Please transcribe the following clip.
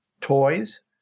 toys